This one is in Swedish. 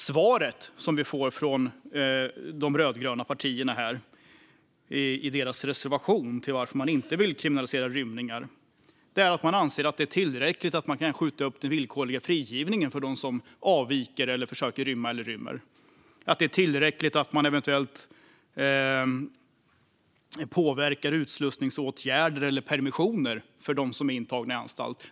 Svaret, som vi får från de rödgröna partierna i deras reservation, om varför man inte vill kriminalisera rymningar är att man anser att det är tillräckligt att man kan skjuta upp den villkorliga frigivningen för dem som avviker eller som försöker rymma eller som rymmer. Det är tillräckligt att man eventuellt påverkar utslussningsåtgärder eller permissioner för dem som är intagna på anstalt.